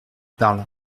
parles